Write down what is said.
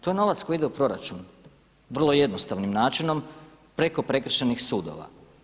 To je novac koji ide u proračun vrlo jednostavnim načinom preko prekršajnih sudova.